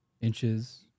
Inches